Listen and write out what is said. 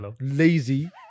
lazy